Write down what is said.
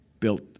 built